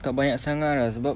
tak banyak sangat lah sebab